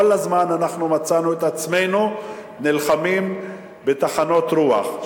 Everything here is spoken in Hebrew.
כל הזמן אנחנו מצאנו את עצמנו נלחמים בטחנות רוח,